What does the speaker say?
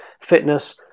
fitness